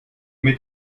mit